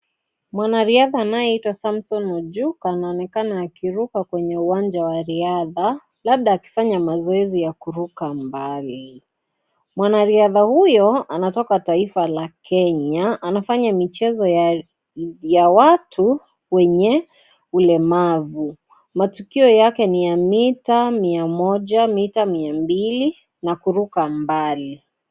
Mwanariadha anayeitwa Samson Majuk anaonekana akiruka kwenye uwanja wa riadha labda akifanya mazoezi ya kuruka mbali. Mwanariadha huyo anatoka taifa la Kenya anafanya michezo ya watu wenye ulemavu, matukio yake ni ya mita mia moja, mita mia mbili na kuruka mbali.